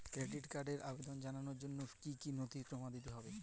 Credit কার্ডের আবেদন জানানোর জন্য কী কী নথি জমা দিতে হবে?